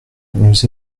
nous